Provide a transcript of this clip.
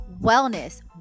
wellness